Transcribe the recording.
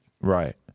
Right